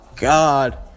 God